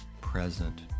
present